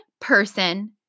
person